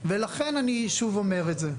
אני שוב אומר את זה.